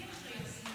אדוני היושב